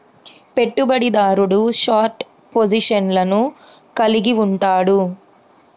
పెట్టుబడిదారుడు షార్ట్ పొజిషన్లను కలిగి ఉంటాడు